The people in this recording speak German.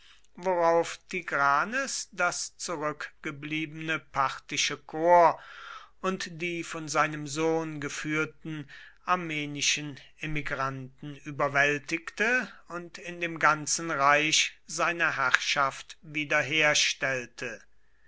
worauf tigranes das zurückgebliebene parthische korps und die von seinem sohn geführten armenischen emigranten überwältigte und in dem ganzen reiche seine herrschaft